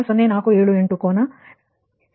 0478 ಕೋನ 222